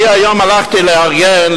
אני היום הלכתי לארגן,